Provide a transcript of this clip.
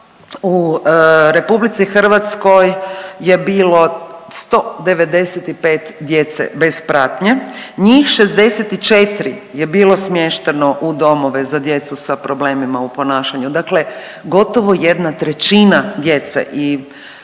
podacima, u RH je bilo 195 djece bez pratnje, njih 64 je bilo smješteno u domove za djecu sa problemima u ponašanju. Dakle, gotovo 1/3 djece i mi zaista